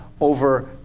over